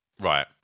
right